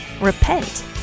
Repent